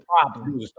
problem